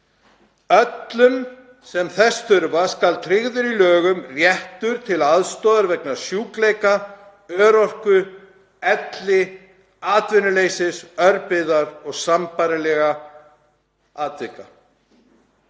„Öllum, sem þess þurfa, skal tryggður í lögum réttur til aðstoðar vegna sjúkleika, örorku, elli, atvinnuleysis, örbirgðar og sambærilegra atvika.